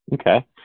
Okay